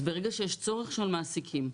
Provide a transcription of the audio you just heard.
אז ברגע שיש צורך של המעסיקים,